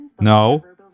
No